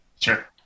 sure